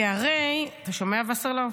כי הרי, אתה שומע, וסרלאוף?